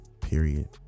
period